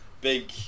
big